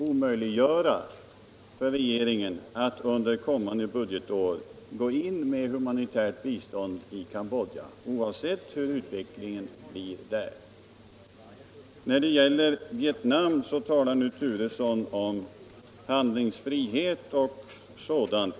omöjliggöra för regeringen att under kommande budgetår gå in med humanitärt bistånd i Cambodja, oavsett hur utvecklingen blir där. När det gäller Vietnam talar nu herr Turesson om handlingsfrihet och sådant.